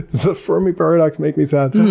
the fermi paradox make me sad?